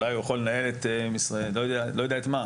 אולי הוא יכול לנהל לא יודע את מה,